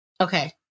Okay